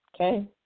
okay